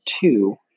two